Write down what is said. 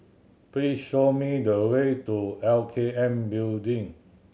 please show me the way to L K N Building